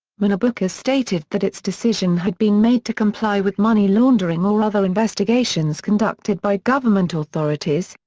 moneybookers stated that its decision had been made to comply with money laundering or other investigations conducted by government authorities,